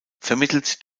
vermittelt